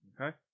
Okay